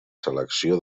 selecció